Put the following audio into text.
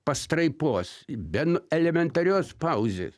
pastraipos ben elementarios pauzės